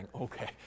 okay